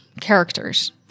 characters